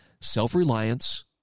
self-reliance